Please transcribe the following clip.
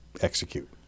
execute